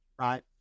right